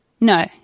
No